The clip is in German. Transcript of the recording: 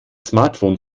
smartphone